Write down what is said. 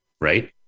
right